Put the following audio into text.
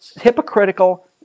hypocritical